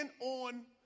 on